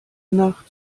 nacht